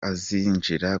azinjira